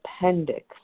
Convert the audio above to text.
appendix